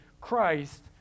Christ